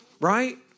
right